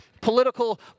political